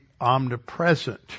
omnipresent